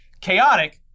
chaotic